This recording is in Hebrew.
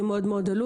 שמאוד מאוד עלו.